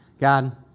God